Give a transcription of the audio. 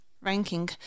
ranking